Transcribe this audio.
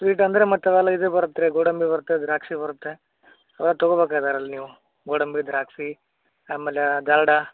sweet ಅಂದರೆ ಮತ್ತು ಅವೆಲ್ಲ ಇದು ಬರತ್ತೆ ರೀ ಗೋಡಂಬಿ ಬರುತ್ತೆ ದ್ರಾಕ್ಷಿ ಬರುತ್ತೆ ಎಲ್ಲ ತಗೊಬೇಕಾದರಲ್ಲ ನೀವು ಗೋಡಂಬಿ ದ್ರಾಕ್ಷಿ ಆಮೇಲೆ ಡಾಲ್ಡ